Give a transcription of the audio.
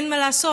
אין מה לעשות,